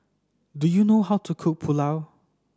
do you know how to cook Pulao